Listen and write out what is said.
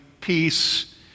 peace